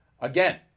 Again